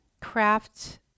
Craft